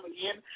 Again